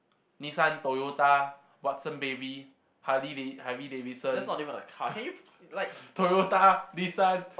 Nissan Toyota Watson baby Harley-Da~ Harley-Davidson Toyota Nissan